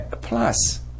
Plus